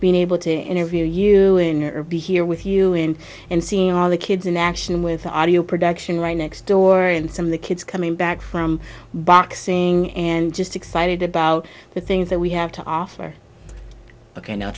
being able to interview you in or be here with you in and seeing all the kids in action with the audio production right next door and some of the kids coming back from boxing and just excited about the things that we have to offer